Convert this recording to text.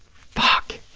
fuck,